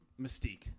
Mystique